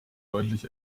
deutlich